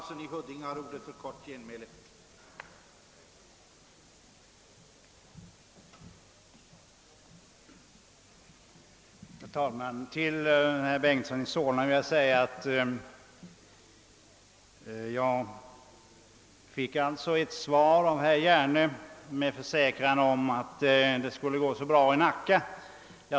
Herr talman! Till herr Bengtson i Solna vill jag säga att jag fick ett svar av herr Hjerne med försäkran att det skulle gå så bra att klara det hela i Nacka.